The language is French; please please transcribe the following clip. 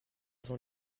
sont